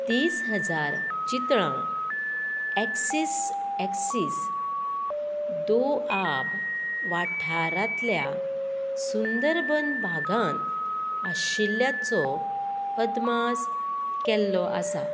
तीस हजार चितळां एक्सीस एक्सीस दोआब वाठारांतल्या सुंदरबन भागांत आशिल्ल्याचो अदमास केल्लो आसा